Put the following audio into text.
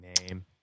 Name